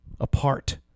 apart